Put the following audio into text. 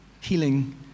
Healing